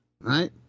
right